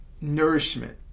nourishment